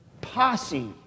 posse